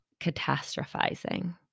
catastrophizing